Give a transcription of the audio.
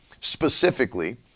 specifically